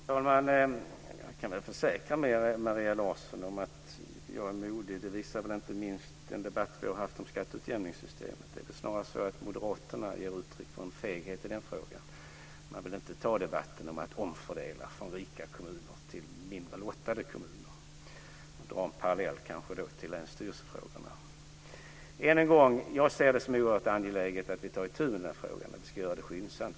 Fru talman! Jag kan försäkra Maria Larsson att jag är modig. Det visar inte minst den debatt vi har fört om skatteutjämningssystemet. Det är snarare så att moderaterna ger uttryck för feghet i den frågan. De vill inte ta debatten om att omfördela från rika kommuner till sämre lottade kommuner, för att dra en parallell till frågan om fördelningen av resurser mellan länen. Jag vill än en gång säga att jag ser det som oerhört angeläget att vi tar itu med frågan. Vi ska göra det skyndsamt.